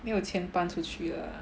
没有钱搬出去了